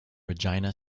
regina